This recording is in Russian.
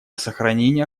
сохранения